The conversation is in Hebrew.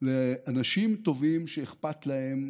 לאנשים טובים שאכפת להם,